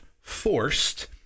forced